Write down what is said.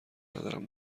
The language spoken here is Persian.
ندارم